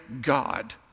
God